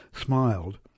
smiled